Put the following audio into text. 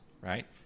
right